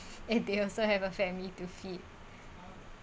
and they also have a family to feed